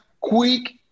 quick